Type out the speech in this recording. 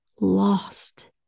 lost